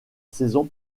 saison